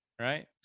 right